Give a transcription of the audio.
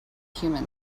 humans